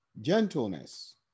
gentleness